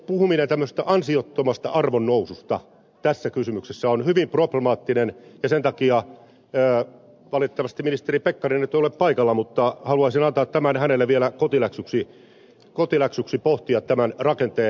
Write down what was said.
puhuminen tämmöisestä ansiottomasta arvonnoususta tässä kysymyksessä on hyvin problemaattinen ja sen takia valitettavasti ministeri pekkarinen ei nyt ole paikalla haluaisin antaa hänelle vielä kotiläksyksi pohtia tämän rakenteen